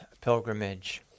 pilgrimage